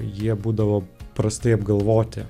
jie būdavo prastai apgalvoti